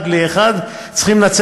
אחד לאחד,